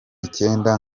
icyenda